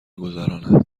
گذراند